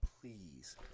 please